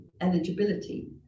eligibility